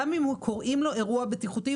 גם אם קוראים לו אירוע בטיחותי,